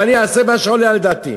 ואני אעשה מה שעולה על דעתי.